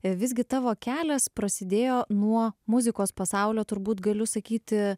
visgi tavo kelias prasidėjo nuo muzikos pasaulio turbūt galiu sakyti